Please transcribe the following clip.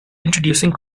introducing